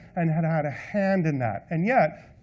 and had had a hand in that. and yet,